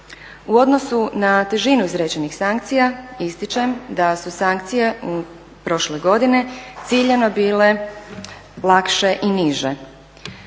U odnosu na težinu izrečenih sankcija ističem da su sankcije prošle godine ciljano bile lakše i niže.